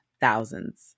thousands